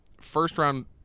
first-round